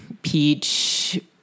peach